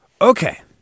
Okay